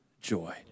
joy